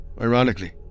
Ironically